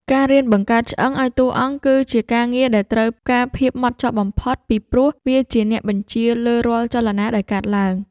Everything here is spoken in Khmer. ការរៀនបង្កើតឆ្អឹងឱ្យតួអង្គគឺជាការងារដែលត្រូវការភាពហ្មត់ចត់បំផុត ពីព្រោះវាជាអ្នកបញ្ជាលើរាល់ចលនាដែលកើតឡើង។